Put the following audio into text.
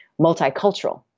multicultural